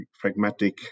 pragmatic